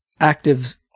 active